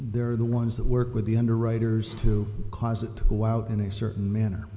they're the ones that work with the underwriters to cause it to go out in a certain manner